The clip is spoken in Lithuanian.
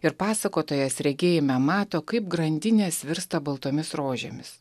ir pasakotojas regėjime mato kaip grandinės virsta baltomis rožėmis